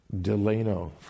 Delano